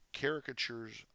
caricatures